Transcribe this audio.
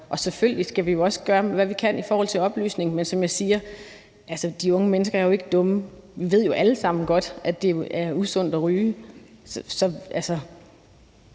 Og selvfølgelig skal vi jo også gøre, hvad vi kan i forhold til oplysning, men som jeg siger: De unge mennesker er jo ikke dumme – altså, vi ved jo alle sammen godt, at det er usundt at ryge. Kl.